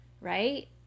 right